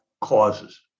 causes